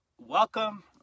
Welcome